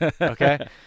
Okay